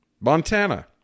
Montana